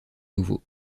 nouveau